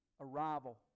arrival